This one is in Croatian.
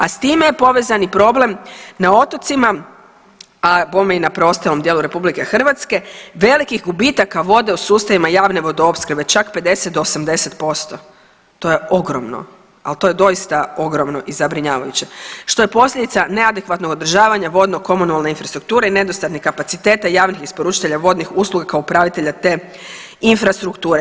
A s time je povezani problem na otocima, a bome i na preostalom dijelu RH velikih gubitaka vode u sustavima javne vodoopskrbe čak 50 do 80%, to je ogromno, ali to je doista ogromno i zabrinjavajuće, što je posljedica neadekvatnog održavanja vodno komunalne infrastrukture i nedostatnih kapaciteta javnih isporučitelja vodnih usluga kao upravitelja te infrastrukture.